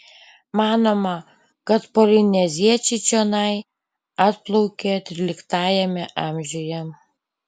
manoma kad polineziečiai čionai atplaukė tryliktajame amžiuje